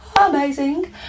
amazing